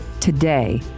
today